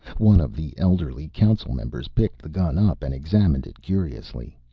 one of the elderly council members picked the gun up and examined it curiously.